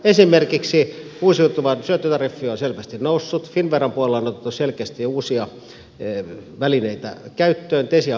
esimerkiksi uusiutuvan syöttötariffi on selvästi noussut finnveran puolella on otettu selkeästi jo uusia välineitä käyttöön tesiä on pääomitettu